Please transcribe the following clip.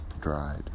dried